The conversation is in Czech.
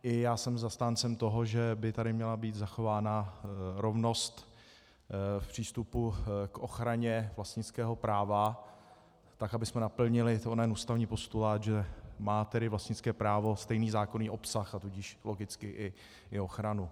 I já jsem zastáncem toho, že by tady měla být zachována rovnost v přístupu k ochraně vlastnického práva tak, abychom naplnili onen ústavní postulát, že má tedy vlastnické právo stejný zákonný obsah, a tudíž logicky i ochranu.